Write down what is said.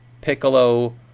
Piccolo